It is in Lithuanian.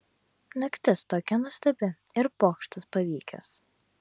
naktis tokia nuostabi ir pokštas pavykęs